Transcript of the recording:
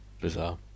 bizarre